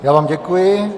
Já vám děkuji.